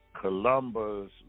Columbus